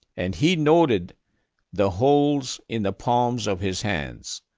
and he noted the holes in the palms of his hands.